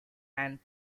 and